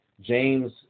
James